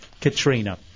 Katrina